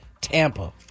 Tampa